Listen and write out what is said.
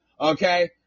Okay